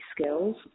skills